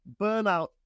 burnout